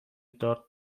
دارت